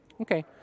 Okay